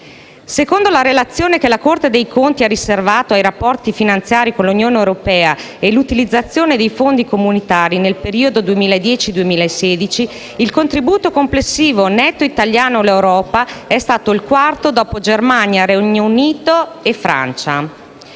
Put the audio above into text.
Secondo la Relazione che la Corte dei conti ha riservato ai «Rapporti finanziari con l'Unione europea e l'utilizzazione dei Fondi comunitari» nel periodo 2010-2016 il contributo complessivo netto italiano all'Europa è stato il quarto, dopo Germania, Regno Unito e Francia,